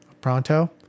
Pronto